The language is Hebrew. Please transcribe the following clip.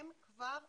הם כבר נכנסו.